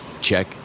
check